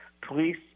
police